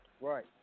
Right